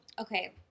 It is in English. okay